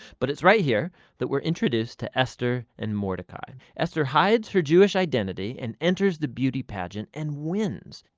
but it's right here that we're introduced to esther and mordecai. esther hides her jewish identity and enters the beauty pageant and wins!